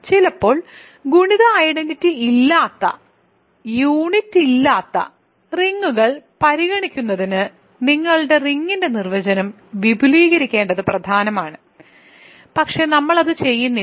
ചിലപ്പോൾ ഗുണിത ഐഡന്റിറ്റി ഇല്ലാതെ യൂണിറ്റ് ഇല്ലാതെ റിങ്ങുകൾ പരിഗണിക്കുന്നതിന് നിങ്ങളുടെ റിങ്ങിന്റെ നിർവചനം വിപുലീകരിക്കേണ്ടത് പ്രധാനമാണ് പക്ഷേ നമ്മൾ അത് ചെയ്യുന്നില്ല